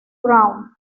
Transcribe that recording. brown